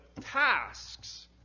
tasks